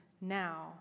now